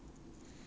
mm